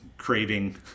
Craving